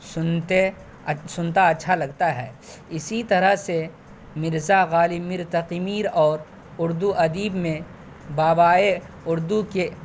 سنتے سننا اچھا لگتا ہے اسی طرح سے مرزا غالب میر تقی میر اور اردو ادیب میں بابائے اردو کے